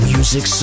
Music